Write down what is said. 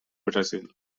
brasil